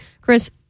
Chris